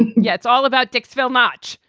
yeah. it's all about dixville notch.